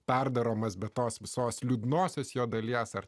perdaromas be tos visos liūdnosios jo dalies ar